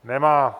Nemá.